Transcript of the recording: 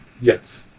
Yes